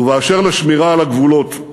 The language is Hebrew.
ובאשר לשמירה על הגבולות,